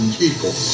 people